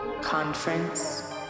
conference